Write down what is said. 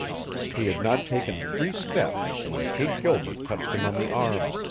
he had not taken three steps when kate gilbert touched him on the arm.